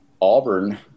Auburn